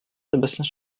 sébastien